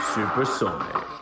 Supersonic